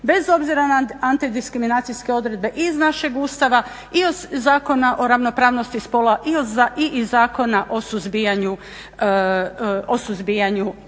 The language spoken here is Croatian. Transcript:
bez obzira na antidiskriminacijske odredbe i iz našeg Ustava i iz Zakona o ravnopravnosti spola i iz Zakona o suzbijanju